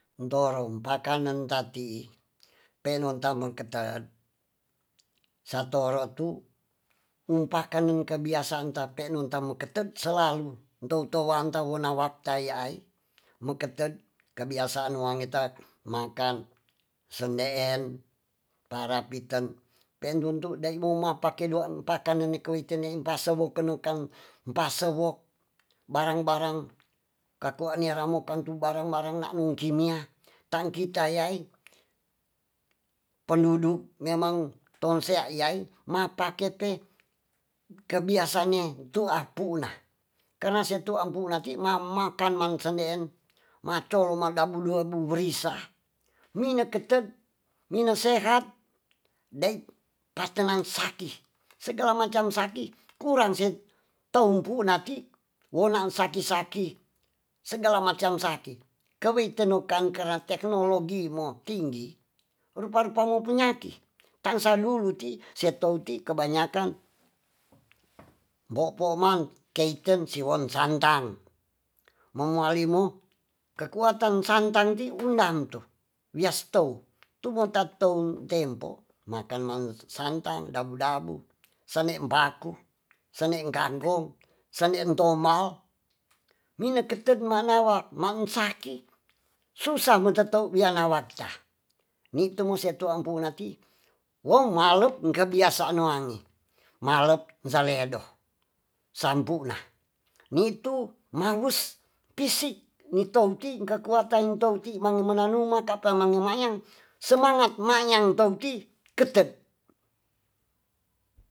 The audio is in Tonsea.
Untoro um pakanen ta tii penon ta meng ketet satoro tu um pakanen kebiasaan ta penon ta muketet selalu ntou tou wana wona wakta yaai meketet kebiasaan wange ta makan sendeen para piten pendun tu dai buma pake duan paka ne ne kewiten nei mpase wo kenu kan mpase wok barang barang kakoa nia ramokan tu barang barang na nun kimia tan kita yaai penduduk memang tonsea iyai ma pake te kebiasaan iyai tua puna karna se tuang puna ti mamakan man sendeen ma colo ma dabu duabu brisa mine ketet mine sehat dei patenan saki segala macam saki kurang se toum pu nati wo naan saki saki segala macam saki keweite nokan kera teknologi mo tinggi rupa rupa mo penyaki tansa dulu ti sia tou ti kebanyakan mbo pomang keiken siwon santang mo moali mo kekuatan santang ti undan tu wia sitou tumo ta toun tempo makan man santan dabu dabu sanem paku saneen kangkong sandeen tombal mine ketet ma nawa ma ung saki susa ma tetou wia nawa ta nitu mo setua mpuna ti wo malep ung kebiasaan no angee malep saledo sampuna nitu magus pisik ni tou nti kekuatan tou mange mana nu kapa mange mayang semangat mayang tou ti ketet